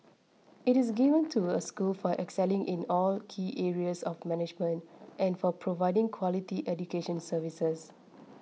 it is given to a school for excelling in all key areas of management and for providing quality education services